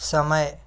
समय